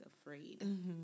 afraid